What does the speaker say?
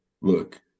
look